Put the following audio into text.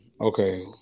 Okay